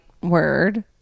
word